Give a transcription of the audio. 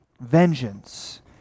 Vengeance